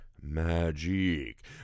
magic